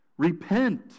Repent